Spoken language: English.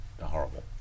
horrible